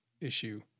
issue